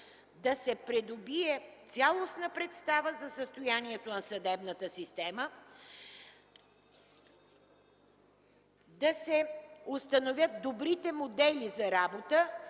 да се придобие цялостна представа за състоянието на съдебната система, да се установят добрите модели за работа